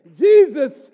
Jesus